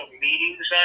meetings